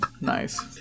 Nice